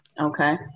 Okay